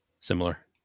Similar